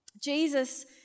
Jesus